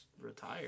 retire